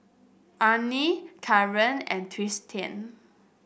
Arnie Caren and Tristian